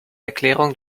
erklärung